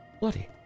bloody